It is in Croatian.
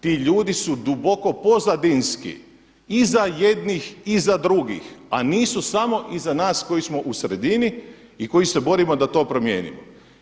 Ti ljudi su duboko pozadinski i za jednih i za drugih, a nisu samo iza nas koji smo u sredini i koji se borimo da to promijenimo.